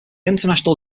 international